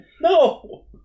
No